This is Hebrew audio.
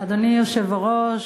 גברתי היושבת-ראש,